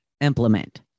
Implement